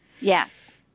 Yes